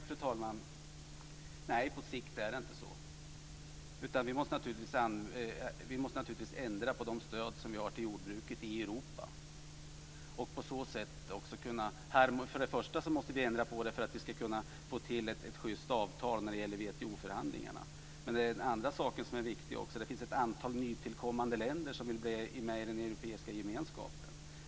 Fru talman! Nej, på sikt är det inte så. Vi måste naturligtvis ändra på de stöd vi har till jordbruket i Europa. Vi måste ändra på det för att vi ska kunna få till ett schysst avtal när det gäller WTO förhandlingarna. Men en annan sak är också viktig. Det finns ett antal nytillkommande länder som vill bli med i den europeiska gemenskapen.